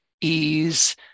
ease